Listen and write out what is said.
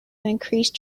increased